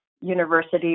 university